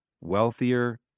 wealthier